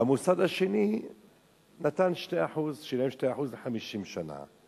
והמוסד השני נתן 2%, שילם 2% ל-50 שנה.